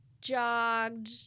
jogged